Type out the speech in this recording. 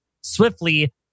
swiftly